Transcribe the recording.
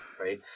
Right